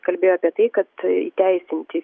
kalbėjo apie tai kad įteisinti